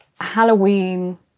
Halloween